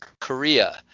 Korea